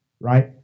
Right